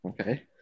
okay